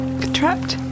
trapped